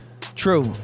True